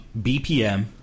BPM